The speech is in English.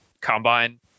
combine